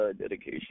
dedication